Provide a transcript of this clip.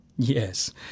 Yes